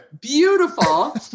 beautiful